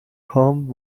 هام